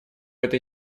этой